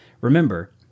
Remember